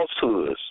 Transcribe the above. falsehoods